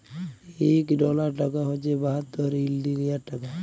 ইক ডলার টাকা হছে বাহাত্তর ইলডিয়াল টাকা